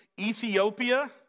Ethiopia